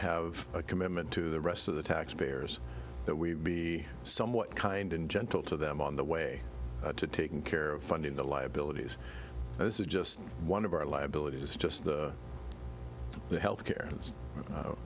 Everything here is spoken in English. have a commitment to the rest of the taxpayers that we be somewhat kind and gentle to them on the way to taking care of funding the liabilities this is just one of our liabilities is just the health care